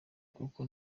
kuko